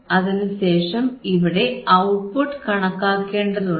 അതിനുശേഷം ഇവിടെ ഔട്ട്പുട്ട് കണക്കാക്കേണ്ടതുണ്ട്